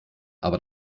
aber